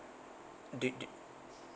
do do